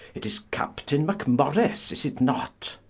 it is captaine makmorrice, is it not?